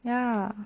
ya